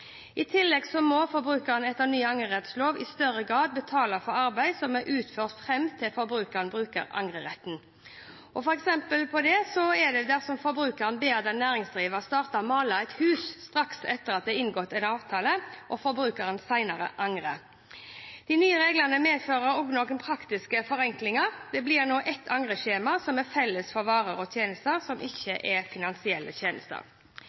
I tillegg må forbrukeren etter ny angrerettlov i større grad betale for arbeid som er utført fram til forbrukeren bruker angreretten. Et eksempel på det er dersom forbrukeren ber den næringsdrivende starte å male et hus straks etter at det er inngått en avtale, og forbrukeren senere angrer. De nye reglene medfører også noen praktiske forenklinger. Det blir nå ett angreskjema som er felles for varer og tjenester som ikke er finansielle tjenester.